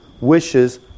wishes